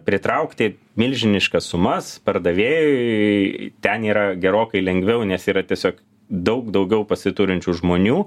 pritraukti milžiniškas sumas pardavėjui ten yra gerokai lengviau nes yra tiesiog daug daugiau pasiturinčių žmonių